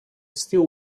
still